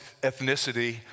ethnicity